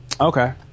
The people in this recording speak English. Okay